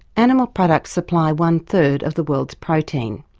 animal products supply one third of the world's protein.